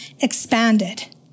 expanded